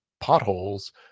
potholes